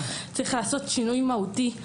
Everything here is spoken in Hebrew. צריך לעשות שינוי מהותי.